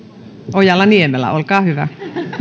ojala niemelä olkaa hyvä